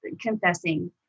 confessing